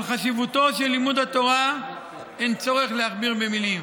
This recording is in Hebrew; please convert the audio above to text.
על חשיבותו של לימוד התורה אין צורך להכביר מילים.